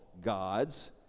gods